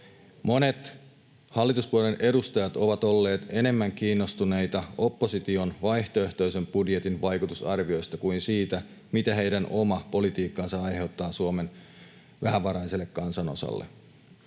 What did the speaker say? Monet hallituspuolueiden edustajat ovat olleet enemmän kiinnostuneita opposition vaihtoehtoisen budjetin vaikutusarvioista kuin siitä, mitä heidän oma politiikkansa aiheuttaa Suomen vähävaraiselle kan-sanosalle.